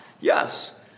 yes